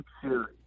series